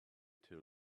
till